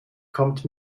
kommt